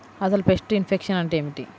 అసలు pest infection అంటే ఏమిటి?